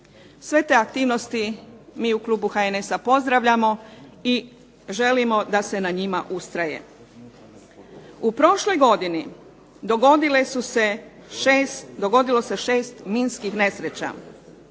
Sve te aktivnosti mi u klubu HNS-a pozdravljamo i želimo da se na njima ustraje. U prošloj godini dogodilo se 6 minskih nesreća